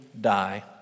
die